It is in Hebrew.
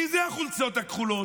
מי זה החולצות הכחולות?